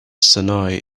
sonoy